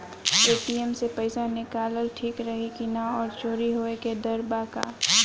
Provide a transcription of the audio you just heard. ATM से पईसा निकालल ठीक रही की ना और चोरी होये के डर बा का?